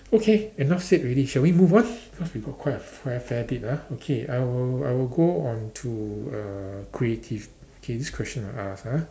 okay enough said already shall we move on cause we got quite a fair fair bit ah okay I will I will go on to uh creative okay this question I ask ah